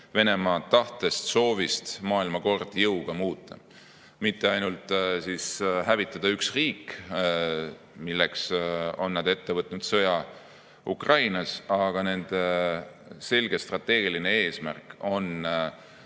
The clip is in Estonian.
Venemaa tahtest, soovist maailmakord jõuga muuta, mitte ainult hävitada üks riik, milleks on nad ette võtnud sõja Ukrainas, vaid nende selge strateegiline eesmärk on